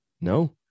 no